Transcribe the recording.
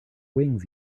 wings